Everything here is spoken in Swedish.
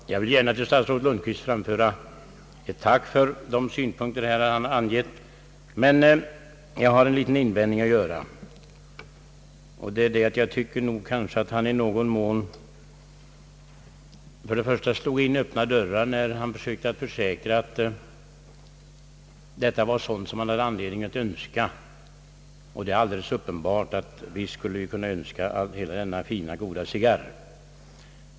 Herr talman! Jag vill gärna till statsrådet Lundkvist få framföra ett tack för de synpunkter han här givit till känna. Jag har emellertid en liten invändning att göra. Jag tycker nog att han slog in öppna dörrar när han försäkrade att vad han nämnde var sådant som man hade anledning att önska sig. Det är alldeles uppenbart. Visst skulle vi önska att få hela denna goda fina cigarr.